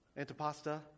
Antipasta